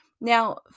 Now